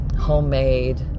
homemade